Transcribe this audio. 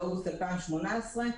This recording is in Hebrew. באוגוסט 2018,